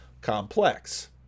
complex